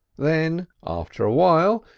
then, after a while,